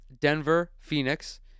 Denver-Phoenix